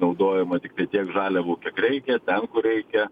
naudojama tiktai tiek žaliavų kiek reikia ten kur reikia